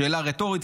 שאלה רטורית,